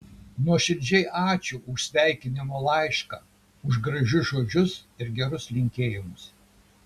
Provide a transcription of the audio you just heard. nuoširdžiai ačiū už sveikinimo laišką už gražius žodžius ir gerus linkėjimus